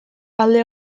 alde